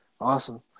awesome